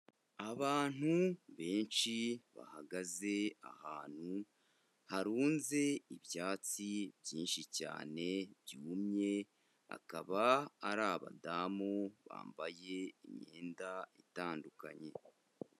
Abantu benshi, bahagaze ahantu harunze ibyatsi byinshi cyane byumye, akaba ari abadamu, bambaye imyenda itandukanye.